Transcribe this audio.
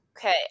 Okay